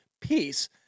peace